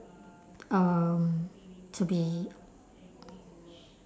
um to be